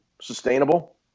sustainable